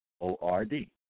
O-R-D